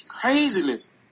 craziness